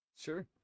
Sure